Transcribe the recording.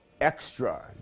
extra